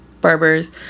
barbers